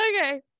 Okay